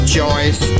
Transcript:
choice